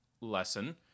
lesson